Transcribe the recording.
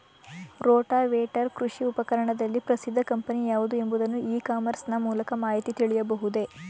Rotavator ಕೃಷಿ ಉಪಕರಣದಲ್ಲಿ ಪ್ರಸಿದ್ದ ಕಂಪನಿ ಯಾವುದು ಎಂಬುದನ್ನು ಇ ಕಾಮರ್ಸ್ ನ ಮೂಲಕ ಮಾಹಿತಿ ತಿಳಿಯಬಹುದೇ?